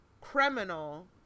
criminal